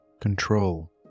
control